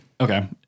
Okay